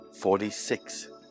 Forty-six